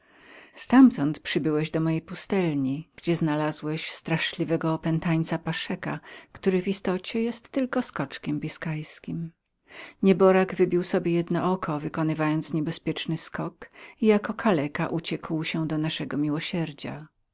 ztamtąd przybyłeś do mojej pustelni gdzie znalazłeś straszliwego opętańca paszeka który w istocie jest tylko skoczkiem biskajskim nieborak wybił sobie jedno oko wykonywając skok niebezpieczny i jako kaleka uciekł się do naszego miłosierdzia